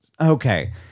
okay